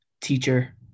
Teacher